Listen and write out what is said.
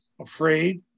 afraid